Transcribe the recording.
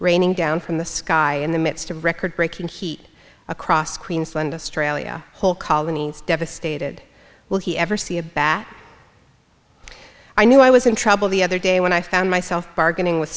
raining down from the sky in the midst of record breaking heat across queensland australia whole colonies devastated will he ever see a back i knew i was in trouble the other day when i found myself bargaining w